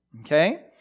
okay